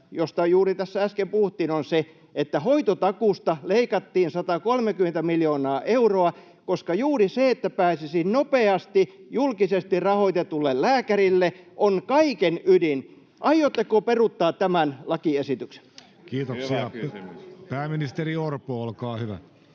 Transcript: joista juuri tässä äsken puhuttiin, on se, että hoitotakuusta leikattiin 130 miljoonaa euroa, koska juuri se, että pääsisi nopeasti julkisesti rahoitetulle lääkärille, on kaiken ydin. Aiotteko peruuttaa tämän lakiesityksen? [Speech 52] Speaker: Jussi Halla-aho